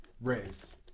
raised